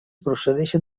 procedeixen